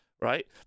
right